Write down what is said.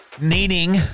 needing